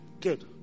Good